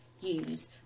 use